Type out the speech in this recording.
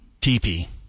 TP